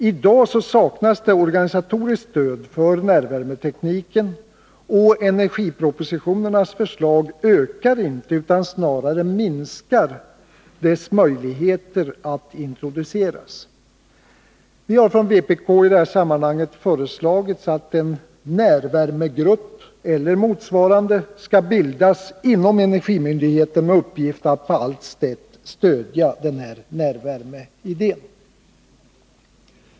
I dag saknas organisatoriskt stöd för närvärmetekniken, och energipropositionernas förslag ökar inte utan snarare minskar dess möjligheter att introduceras. Vpk föreslår att en ”närvärmegrupp” eller motsvarande bildas inom energimyndigheten med uppgift att på allt sätt stödja närvärmeidén.